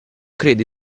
credo